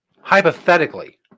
hypothetically